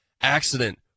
accident